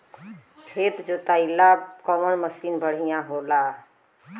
खेत के जोतईला कवन मसीन बढ़ियां होला?